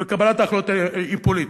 וקבלת ההחלטות היא פוליטית.